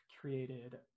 created